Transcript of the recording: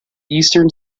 eastern